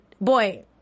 boy